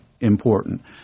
important